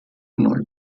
neu